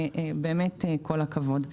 כל הכבוד.